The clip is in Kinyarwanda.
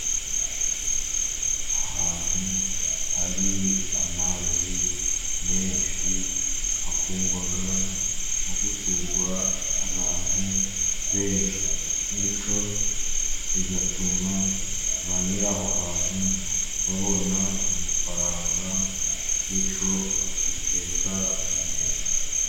Ahantu hari amazi menshi, hakundwaga no gusurwa abantu benshi, bityo bigatuma abanyiraho hantu, babona amafaranga bityo bakiteza imbere.